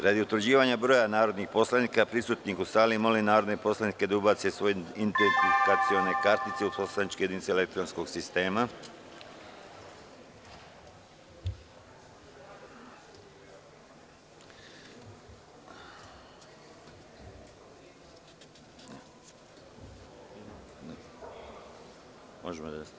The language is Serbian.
Radi utvrđivanja broja narodnih poslanika prisutnih u sali, molim narodne poslanike da ubace svoje identifikacione kartice u poslaničke jedinice elektronskog sistema za glasanje.